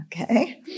okay